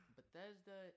Bethesda